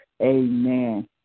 Amen